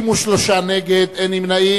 63 נגד, אין נמנעים.